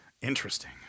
Interesting